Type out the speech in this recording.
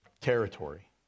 territory